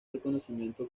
reconocimiento